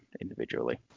individually